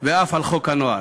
ואף על חוק הנוער.